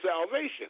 salvation